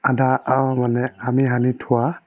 আধা মানে আমি সানি থোৱা